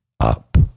up